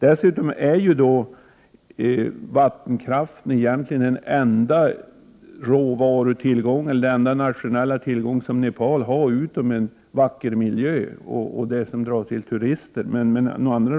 Dessutom är vattenkraften den egentligen enda råvarutillgång Nepal har förutom en vacker natur, som drar turister till landet.